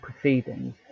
proceedings